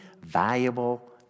valuable